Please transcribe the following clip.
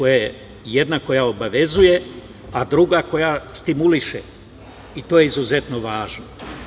Jedna koja obavezuje, a druga koja stimuliše i to je izuzetno važno.